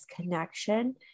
connection